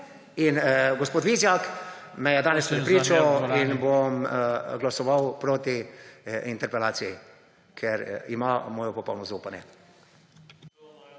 Gospod Vizjak me je danes prepričal in bom glasoval proti interpelaciji, ker ima moje popolno zaupanje.